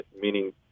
meaning –